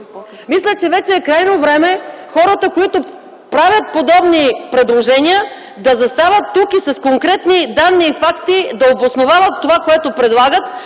Мисля, че вече е крайно време хората, които правят подобни предложения, да застават тук и с конкретни данни и факти да обосновават това, което предлагат,